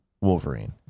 Wolverine